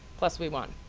plus we won,